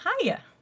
Hiya